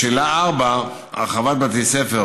לשאלה 4, הרחבת בתי ספר